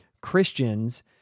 Christians